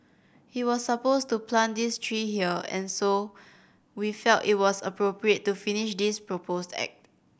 he was supposed to plant this tree here and so we felt it was appropriate to finish this proposed act